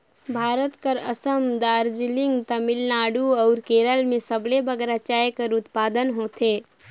भारत कर असम, दार्जिलिंग, तमिलनाडु अउ केरल में सबले बगरा चाय कर उत्पादन होथे